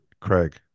Craig